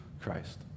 Christ